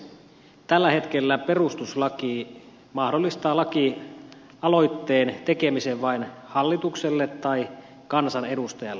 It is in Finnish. tällä hetkellä perustuslaki mahdollistaa lakialoitteen tekemisen vain hallitukselle tai kansanedustajalle